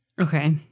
Okay